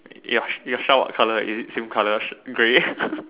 your your shack what color is it the same color grey